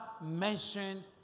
mentioned